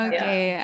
Okay